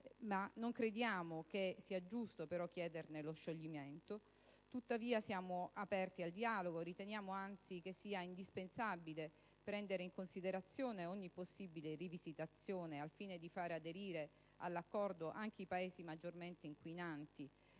non crediamo sia giusto chiederne lo scioglimento e riteniamo, anzi, indispensabile prendere in considerazione ogni possibile rivisitazione, al fine di fare aderire all'accordo anche i Paesi maggiormente inquinanti